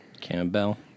Campbell